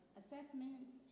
assessments